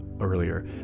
earlier